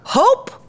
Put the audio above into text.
hope